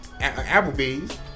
applebee's